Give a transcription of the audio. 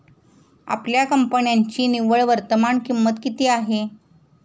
आपल्या कंपन्यांची निव्वळ वर्तमान किंमत किती आहे?